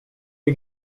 you